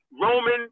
Roman